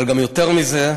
אבל גם יותר מזה,